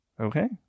Okay